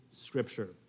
Scripture